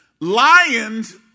Lions